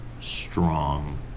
strong